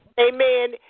amen